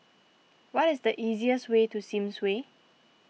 what is the easiest way to Sims Way